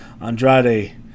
Andrade